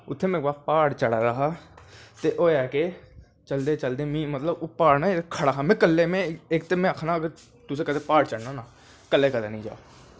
उत्थें में प्हाड़ चढ़ा दा हा चलदे चलदे मतलव उप्परा दा में कल्ला हा इक ते में आक्खना कि तुसें अगर प्हाड़ चढ़नां ते कल्लें कदैं नी चढ़ना